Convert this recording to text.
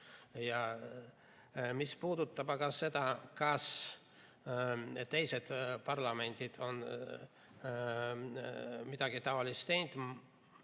Mis puudutab aga seda, kas teised parlamendid on midagi niisugust teinud,